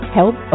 Help